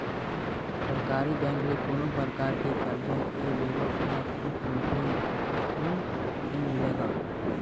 सरकारी बेंक ले कोनो परकार के करजा के लेवब म छूट मिलथे धून नइ मिलय गा?